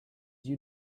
you